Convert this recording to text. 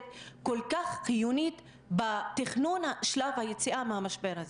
כל כך חיונית בתכנון שלב היציאה מהמשבר הזה.